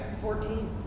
Fourteen